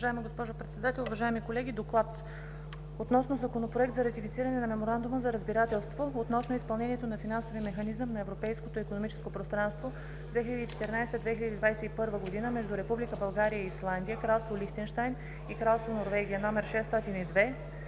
Уважаема госпожо Председател, уважаеми колеги! „ДОКЛАД относно Законопроект за ратифициране на Меморандума за разбирателство относно изпълнението на Финансовия механизъм на Европейското икономическо пространство 2014 – 2021 между Република България и Исландия, Княжество Лихтенщайн и Кралство Норвегия, №